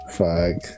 fuck